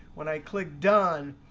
when i click done,